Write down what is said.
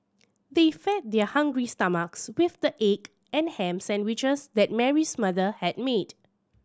they fed their hungry stomachs with the egg and ham sandwiches that Mary's mother had made